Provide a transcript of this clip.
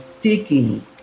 taking